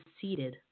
seated